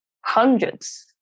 hundreds